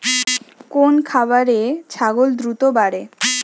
কোন খাওয়ারে ছাগল দ্রুত বাড়ে?